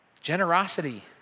Generosity